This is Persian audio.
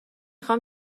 خوام